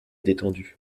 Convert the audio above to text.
détendu